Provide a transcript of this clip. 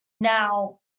Now